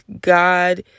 God